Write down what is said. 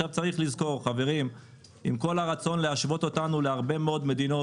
צריך לזכור שעם כל הרצון להשוות אותנו להרבה מדינות,